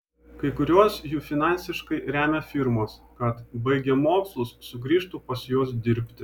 kai kuriuos jų finansiškai remia firmos kad baigę mokslus sugrįžtų pas juos dirbti